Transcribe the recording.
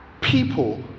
people